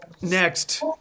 Next